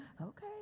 Okay